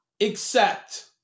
accept